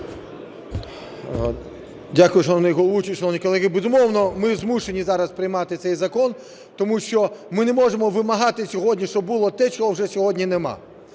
шановні колеги! Безумовно, ми змушені зараз приймати цей закон, тому що ми не можемо вимагати сьогодні, щоб було те, чого вже сьогодні нема.